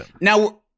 now